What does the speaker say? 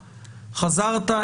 חזרת,